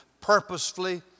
purposefully